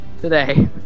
today